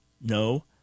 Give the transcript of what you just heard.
No